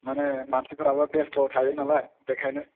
माने मानसिफोराबो बेस्थ' थायो नालाय बेखायनो